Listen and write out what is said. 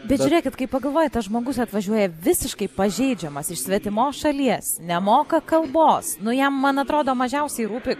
bet žiūrėkit kai pagalvoji tas žmogus atvažiuoja visiškai pažeidžiamas iš svetimos šalies nemoka kalbos nu jam man atrodo mažiausiai rūpi